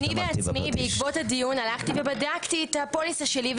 אני בעצמי בעקבות הדיון הלכתי ובדקתי את הפוליסה שלי,